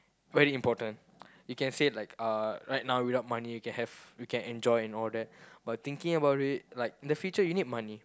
very important you can say like uh right now without money you can have you can enjoy and all that but thinking about it like in the future you need money